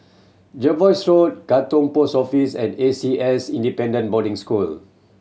Jervois Road Katong Post Office and A C S Independent Boarding School